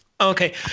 Okay